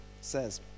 says